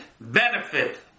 benefit